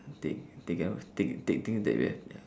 take thing else take take things that we have ya